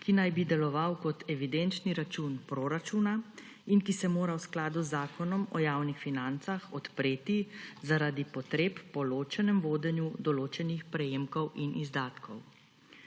ki naj bi deloval kot evidenčni račun proračuna in ki se mora v skladu z Zakonom o javnih financah odpreti zaradi potreb po ločenem vodenju določenih prejemkov in izdatkov.